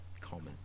common